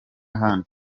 ahandi